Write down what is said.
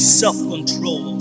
self-control